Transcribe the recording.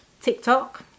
tiktok